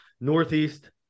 Northeast